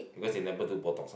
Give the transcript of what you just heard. because you never do botox ah